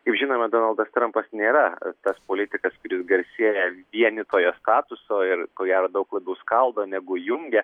kaip žinome donaldas trampas nėra tas politikas kuris garsėja vienytojo statuso ir ko gero daug labiau skaldo negu jungia